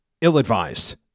ill-advised